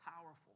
powerful